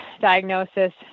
diagnosis